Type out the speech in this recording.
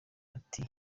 ati